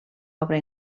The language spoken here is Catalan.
obra